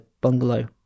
bungalow